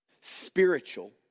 spiritual